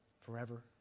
forever